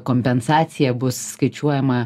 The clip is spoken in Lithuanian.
kompensacija bus skaičiuojama